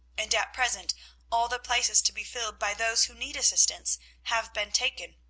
and at present all the places to be filled by those who need assistance have been taken.